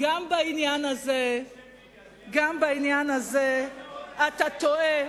גם בעניין הזה אתה טועה.